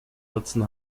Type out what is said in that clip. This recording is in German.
nutzen